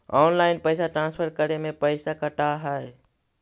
Online पैसा transfer करे में पैसा कटा है?